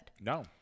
No